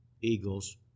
eagles